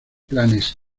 planes